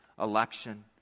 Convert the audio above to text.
election